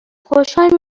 خوشحال